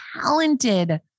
talented